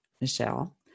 Michelle